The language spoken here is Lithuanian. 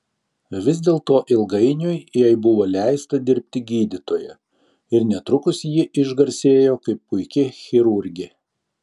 vis dėlto ilgainiui jai buvo leista dirbti gydytoja ir netrukus ji išgarsėjo kaip puiki chirurgė